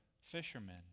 fishermen